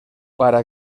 para